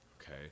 Okay